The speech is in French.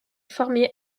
formé